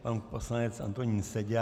Pan poslanec Antonín Seďa.